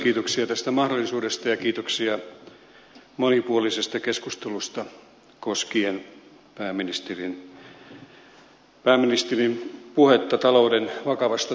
kiitoksia tästä mahdollisuudesta ja kiitoksia monipuolisesta keskustelusta koskien pääministerin puhetta talouden vakavasta tilanteesta